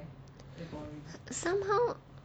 somehow